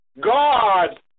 God